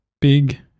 Big